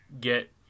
get